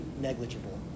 negligible